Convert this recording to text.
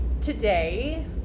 today